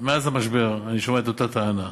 מאז המשבר אני שומע את אותה טענה,